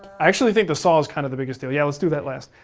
actually think the saw is kind of the biggest deal. yeah, let's do that last.